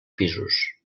pisos